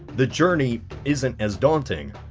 the journey isn't as daunting.